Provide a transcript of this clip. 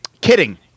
Kidding